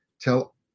Tell